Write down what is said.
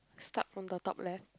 start from the top left